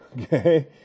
Okay